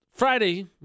Friday